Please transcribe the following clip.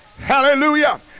Hallelujah